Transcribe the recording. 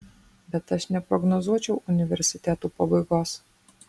bet aš neprognozuočiau universitetų pabaigos